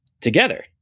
together